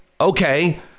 okay